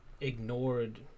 ignored